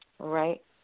right